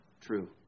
true